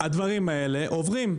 הדברים האלה עוברים,